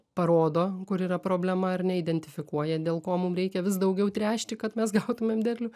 parodo kur yra problema ar ne identifikuoja dėl ko mum reikia vis daugiau tręšti kad mes gautumėm derlių